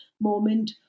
moment